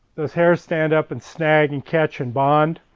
those hairs stand up and snag and catch and bond.